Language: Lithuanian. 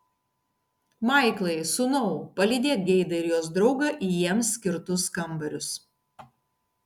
maiklai sūnau palydėk geidą ir jos draugą į jiems skirtus kambarius